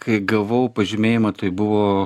kai gavau pažymėjimą tai buvo